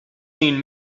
seen